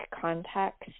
context